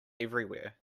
everywhere